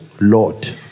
Lord